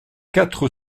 quatre